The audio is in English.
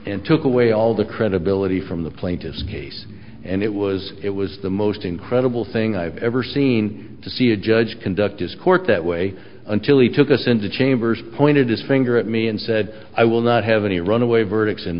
and took away all the credibility from the plaintiff's case and it was it was the most incredible thing i've ever seen to see a judge conduct his court that way until he took us into chambers pointed his finger at me and said i will not have any runaway verdicts in